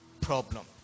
problem